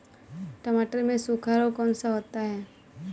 टमाटर में सूखा रोग कौन सा होता है?